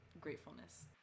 gratefulness